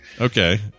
Okay